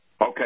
Okay